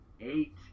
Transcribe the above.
eight